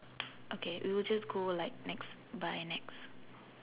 okay we will just go like next by next